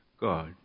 God